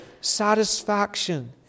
satisfaction